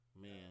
Man